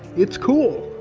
it's cool!